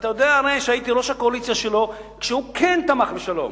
ואתה יודע הרי שהייתי ראש הקואליציה שלו כשהוא כן תמך בשלום.